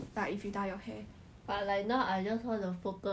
like show any signs of being okay or not